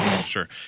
sure